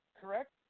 correct